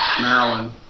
Maryland